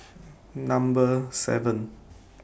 Number seven